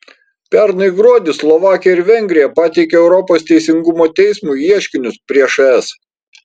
pernai gruodį slovakija ir vengrija pateikė europos teisingumo teismui ieškinius prieš es